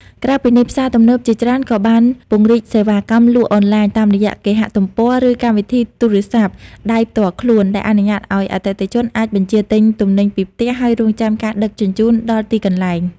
ក្រៅពីនេះ ផ្សារទំនើបជាច្រើនក៏បានពង្រីកសេវាកម្មលក់អនឡាញ តាមរយៈគេហទំព័រ ឬកម្មវិធីទូរសព្ទដៃផ្ទាល់ខ្លួន ដែលអនុញ្ញាតឲ្យអតិថិជនអាចបញ្ជាទិញទំនិញពីផ្ទះ ហើយរង់ចាំការដឹកជញ្ជូនដល់ទីកន្លែង។